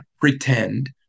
pretend